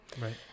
Right